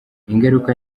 ingaruka